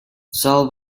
sal